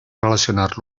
relacionar